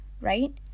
right